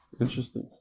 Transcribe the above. interesting